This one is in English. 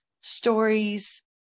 stories